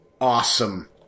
awesome